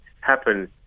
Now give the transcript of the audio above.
happen